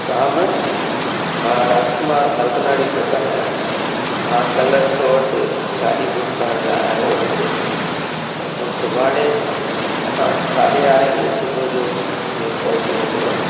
राम मां राजकुमार हर्कनाणी थो ॻाल्हायां मां कल्ह तो वटि गाॾी बुक करण लाइ आयो हुअसि त तूं सुभाणे असां वटि साढे यारहें बजे सुबुह जो कीअं पहुची वञिजे